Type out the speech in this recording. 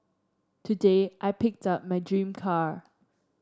today I picked up my dream car